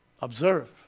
observe